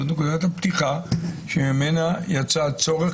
זאת נקודת הפתיחה שממנה יצא הצורך,